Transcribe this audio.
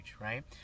right